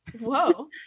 Whoa